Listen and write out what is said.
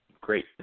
great